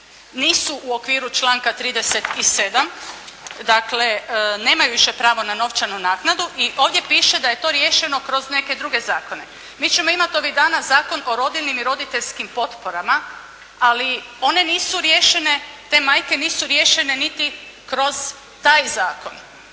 nisu u okviru članka 37. Dakle, nemaju više pravo na novčanu naknadu i ovdje piše da je to riješeno kroz neke druge zakone. Mi ćemo imati ovih dana Zakon o rodiljnim i roditeljskim potporama, ali one nisu riješene, te majke nisu riješene niti kroz taj zakon,